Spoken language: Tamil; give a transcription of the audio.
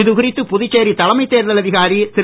இது குறித்து புதுச்சேரி தலைமை தேர்தல் அதிகாரி திரு